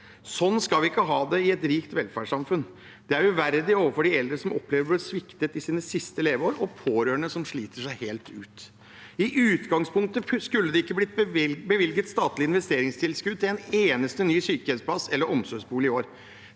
Sånn skal vi ikke ha det i et rikt velferdssamfunn. Det er uverdig overfor de eldre som opplever å bli sviktet i sine siste leveår, og de pårørende som sliter seg helt ut. I utgangspunktet skulle det ikke blitt bevilget statlige investeringstilskudd til en eneste ny sykehjemsplass eller omsorgsbolig i år.